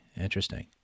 Interesting